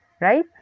right